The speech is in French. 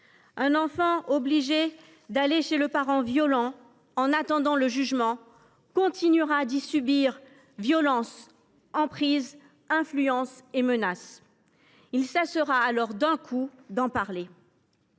Un enfant obligé d’aller chez le parent violent en attendant le jugement continuera d’y subir violences, emprise, influences et menaces. Il cessera alors d’un coup d’en parler.